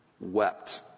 wept